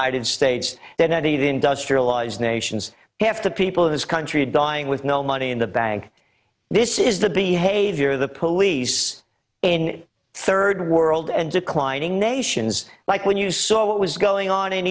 eight industrialized nations have to people of his country dying with no money in the bank this is the behavior of the police in third world and declining nations like when you saw what was going on in